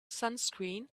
sunscreen